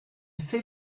fait